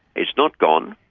it's not gone.